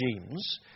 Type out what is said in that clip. regimes